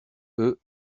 eux